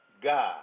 God